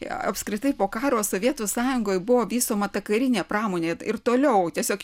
apskritai po karo sovietų sąjungoj buvo vystoma ta karinė pramonė ir toliau tiesiog